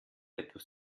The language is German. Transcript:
etwas